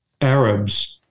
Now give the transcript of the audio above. Arabs